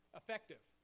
effective